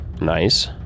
Nice